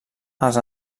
els